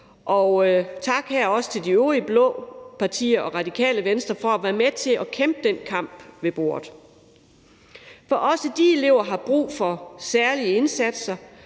og tak også til de øvrige blå partier og Radikale Venstre for at være med til at kæmpe den kamp ved bordet. For også de elever har brug for særlige indsatser